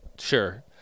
Sure